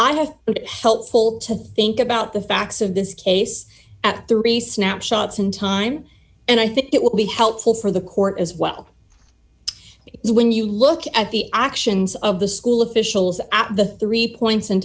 i have helpful to think about the facts of this case at three snapshots in time and i think it will be helpful for the court as well is when you look at the actions of the school officials at the three points